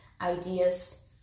ideas